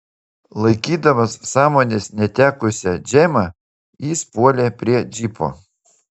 laikydamas sąmonės netekusią džemą jis puolė prie džipo